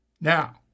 Now